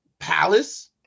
Palace